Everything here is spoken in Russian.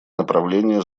направления